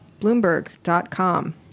bloomberg.com